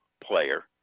player